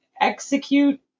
execute